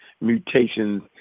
mutations